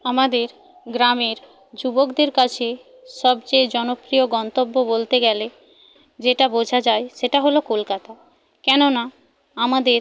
আমাদের গ্রামের যুবকদের কাছে সবচেয়ে জনপ্রিয় গন্তব্য বলতে গেলে যেটা বোঝা যায় সেটা হল কলকাতা কেননা আমাদের